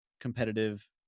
competitive